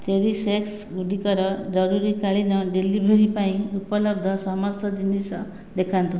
ଚେରିଶ୍ଏକ୍ସ୍ଗୁଡ଼ିକର ଜରୁରୀକାଳୀନ ଡେଲିଭରି ପାଇଁ ଉପଲବ୍ଧ ସମସ୍ତ ଜିନିଷ ଦେଖାନ୍ତୁ